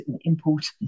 important